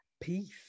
Peace